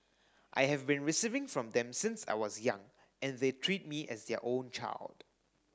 I have been receiving from them since I was young and they treat me as their own child